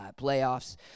playoffs